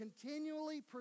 continually